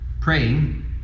praying